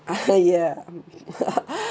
uh ya